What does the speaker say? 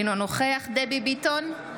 אינו נוכח דבי ביטון,